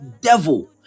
devil